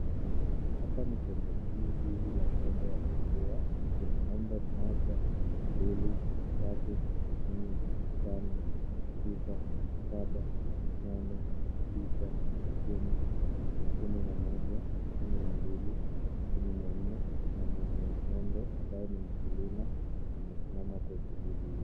Hapa ni kwenye zizi la ng'ombe wa maziwa, kuna ng'ombe mmoja, mbili, tatu, nne, tano, sita, saba, nane, tisa, kumi, kumi na mija, kumi na mbili, kumi na nne na mwenye ng'ombe ambaye ni mkulima amesimama kwenye zizi hilo.